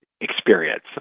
experience